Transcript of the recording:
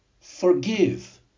forgive